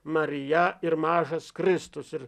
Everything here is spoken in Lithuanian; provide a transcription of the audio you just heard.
marija ir mažas kristus ir